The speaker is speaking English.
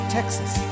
Texas